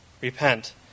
Repent